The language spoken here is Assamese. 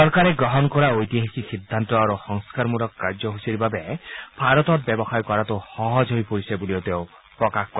চৰকাৰে গ্ৰহণ কৰা ঐতিহাসিক সিদ্ধান্ত আৰু সংস্কাৰমূলক কাৰ্যসূচীৰ বাবে ভাৰতত ব্যৱসায় কৰাটো সহজ হৈ পৰিছে বুলিও তেওঁ প্ৰকাশ কৰে